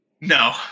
No